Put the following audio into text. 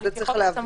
את זה צריך להבהיר.